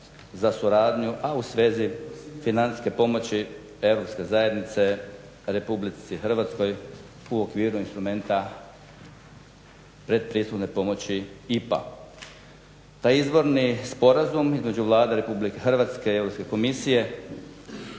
za suradnju, a u svezi financijske pomoći Europske zajednice Republici Hrvatskoj u okviru instrumenta predpristupne pomoći IPA. Taj izvorni sporazum između Vlade Republike Hrvatske i Europske komisije